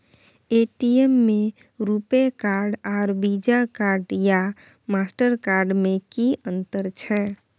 ATM में RuPay card आर Visa card या मास्टर कार्ड में कि अतंर छै?